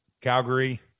Calgary